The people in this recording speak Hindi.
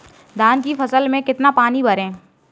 धान की फसल में कितना पानी भरें?